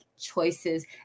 choices